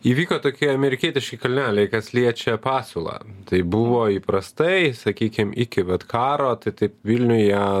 įvyko tokie amerikietiški kalneliai kas liečia pasiūlą tai buvo įprastai sakykim iki vat karo tai taip vilniuje